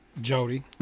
Jody